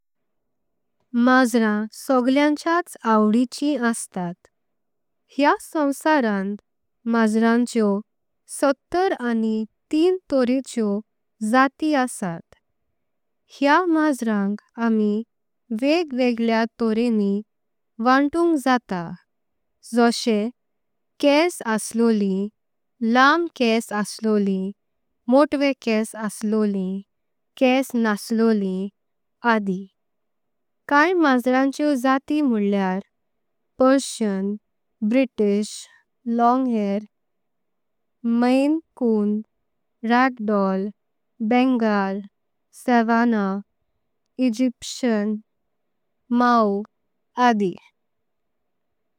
माझराम सगळेयाचे आवडीच्या अस्तात हे संसारांत। माझरांचे सत्तर आणि तीन तोरेंच्यो जाती असतात। हे माझरांक आमी वेगवेगळ्या तोऱ्यनी वांटूंक जाता। ओशें केंस असलोलीं लांब केंस असलोलीं मोटवे। केंस असलोलीं केंस नसलोलीं आदि काय माझरांच्यो। जाती म्होळेयर Persian, British longhair, Maine Coon. Ragdoll, Bengal, Savannah, Egyptian Mau आदि।